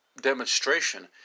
demonstration